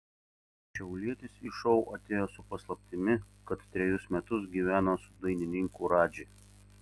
šiaulietis į šou atėjo su paslaptimi kad trejus metus gyveno su dainininku radži